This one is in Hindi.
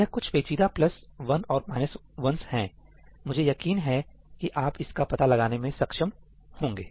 यह कुछ पेचीदा प्लस वन और माइनस ओवेंस है मुझे यकीन है कि आप इसका पता लगाने में सक्षम होंगे